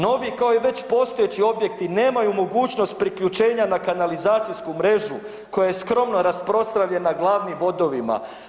Novi kao i već postojeći objekti nemaju mogućnost priključenja na kanalizacijsku mrežu koja je skromno rasprostranjena glavnim vodovima.